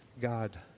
God